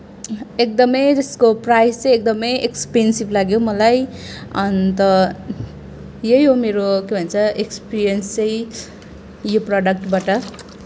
एकदमै त्यसको प्राइज चाहिँ एकदमै एक्सपेन्सिभ लाग्यो मलाई अन्त यही हो मेरो के भन्छ एक्सपिरियन्स चाहिँ यो प्रडक्टबाट